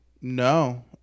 No